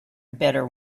better